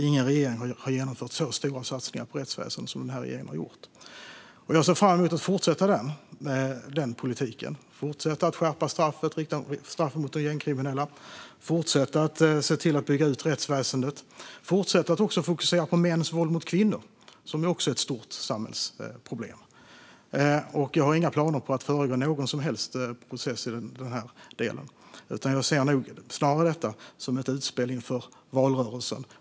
Ingen regering har genomfört så stora satsningar på rättsväsendet som den här regeringen har gjort. Jag ser fram emot att fortsätta den politiken - fortsätta skärpa straffen mot gängkriminella, fortsätta att bygga ut rättsväsendet och fortsätta att fokusera på mäns våld mot kvinnor som också är ett stort samhällsproblem. Jag har inga planer på att föregripa någon som helst process i denna del, utan jag ser snarare detta som ett utspel inför valrörelsen.